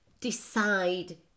decide